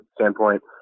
standpoint